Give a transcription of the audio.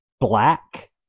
black